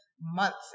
months